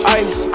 ice